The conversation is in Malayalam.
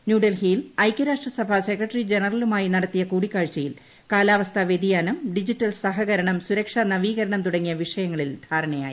ന്യൂഡൽഹിയിൽ ഐക്യരാഷ്ട്രസഭ സെക്രട്ടറി ജനറലുമായി നടത്തിയ കൂടിക്കാഴ്ച്ചയിൽ കാലാവസ്ഥാവൃതിയാനം ഡിജിറ്റൽ സ്ഹക്രണം സുരക്ഷാ നവീകരണം തുടങ്ങിയ വിഷയങ്ങളിൽ ധാരണയായി